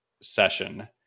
session